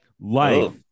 Life